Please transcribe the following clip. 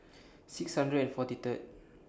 six hundred and forty Third